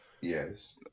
Yes